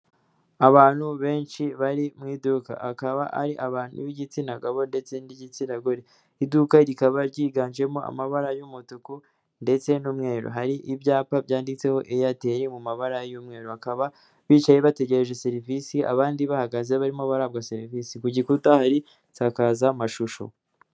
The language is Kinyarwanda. Abantu benshi bari mu iduka, akaba ari abantu b'igitsina gabo ndetse n'igitsina gore, iduka rikaba ryiganjemo amabara y'umutuku ndetse n'umweru, hari ibyapa byanditseho airtel mu mabara y'umweru, bakaba bicaye bategereje serivisi, abandi bahagaze barimo barahabwa serivisi, ku gikuta hari insakazamashusho.